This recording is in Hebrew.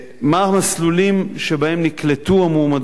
מה המסלולים שבהם נקלטו המועמדות?